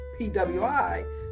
PWI